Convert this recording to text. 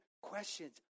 questions